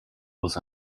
was